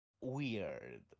weird